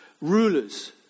rulers